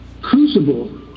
crucible